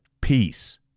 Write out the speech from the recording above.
peace